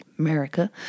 america